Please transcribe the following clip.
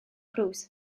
cruise